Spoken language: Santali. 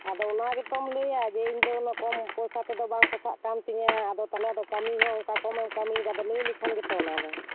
ᱟᱫᱚ ᱚᱱᱟᱜᱮᱛᱚᱢ ᱞᱟᱹᱭᱟ ᱤᱧ ᱫᱚ ᱠᱚᱢ ᱯᱚᱭᱥᱟ ᱛᱮᱫᱚ ᱵᱟᱝ ᱯᱚᱥᱟᱜ ᱠᱟᱱ ᱛᱤᱧᱟᱹ ᱟᱫᱚ ᱛᱟᱦᱚᱞᱮ ᱠᱟᱹᱢᱤ ᱦᱚᱸ ᱚᱱᱠᱟ ᱠᱚᱢᱮᱢ ᱠᱟᱹᱢᱤᱭᱮᱫᱟ ᱟᱫᱚ ᱞᱟᱹᱞᱮᱠᱷᱟᱱ ᱜᱮᱛᱚ ᱚᱱᱟ ᱫᱚ